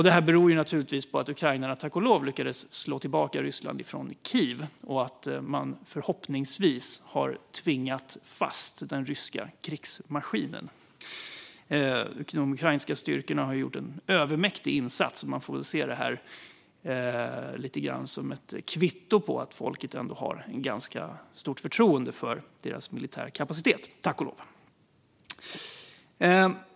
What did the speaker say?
Det här beror naturligtvis på att ukrainarna tack och lov lyckades slå tillbaka Ryssland från Kiev och att man förhoppningsvis har tvingat fast den ryska krigsmaskinen. De ukrainska styrkorna har gjort en övermäktig insats, och man får väl lite grann se det här som ett kvitto på att folket tack och lov ändå har ganska stort förtroende för deras militära kapacitet.